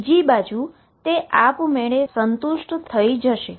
બીજી બાજુ આપમેળે સંતુષ્ટ થઈ જશે